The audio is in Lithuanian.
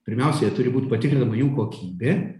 pirmiausia jie turi būt patikrinama jų kokybė